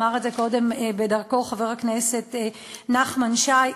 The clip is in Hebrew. אמר את זה קודם בדרכו חבר הכנסת נחמן שי,